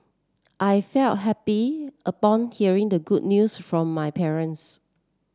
I felt happy upon hearing the good news from my parents